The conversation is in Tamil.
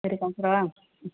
சரி அக்கா வச்சுடவா ம்